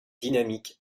dynamique